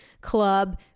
club